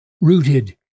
rooted